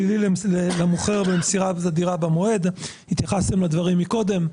* תמריץ שלילי למוכר למסירת הדירה במועד התייחסתם לדברים קודם.